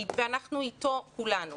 ואנחנו איתו כולנו,